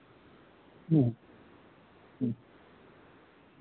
ᱦᱩᱸ ᱦᱩᱸ